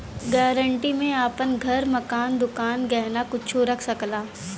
guarantee में आपन घर, मकान, दुकान, गहना कुच्छो रख सकला